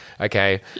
okay